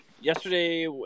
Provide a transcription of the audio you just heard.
Yesterday